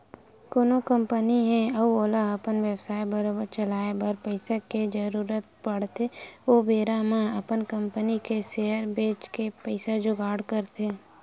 कोनो कंपनी हे अउ ओला अपन बेवसाय बरोबर चलाए बर पइसा के जरुरत पड़थे ओ बेरा अपन कंपनी के सेयर बेंच के पइसा जुगाड़ करथे